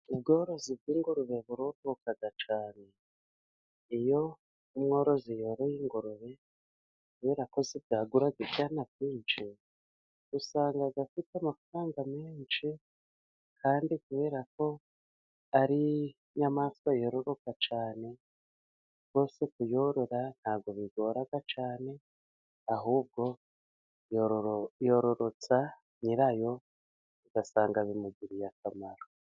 Ubworozi bw'ingurube buroroka cyane, iyo umworozi yoroye ingurube kubera ko zibwagura ibyana byinshi, usanga afite amafaranga menshi, kandi kubera ko ari inyamaswa yororoka cyane, rwose kuyorora ntabwo bigora cyane, ahubwo yororotsa nyirayo, ugasanga bimugiriye akamaro.